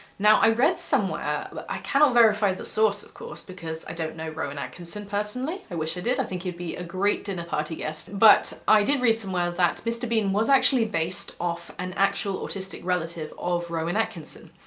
now i read somewhere, i cannot verify the source, of course, because i don't know rowan atkinson personally. i wish i did. i think he'd be a great dinner party guest, but i did read somewhere that mr. bean was actually based off an actual autistic relative of rowan atkinson.